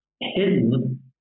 hidden